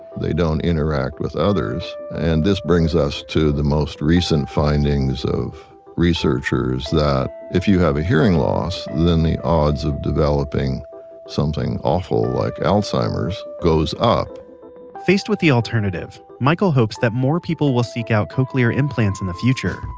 they don't interact with others and this brings us to the most recent findings of researchers that if you have a hearing loss, then the odds of developing something awful like alzheimer's goes up faced with the alternative, michael hopes that more people will seek out cochlear implants in the future.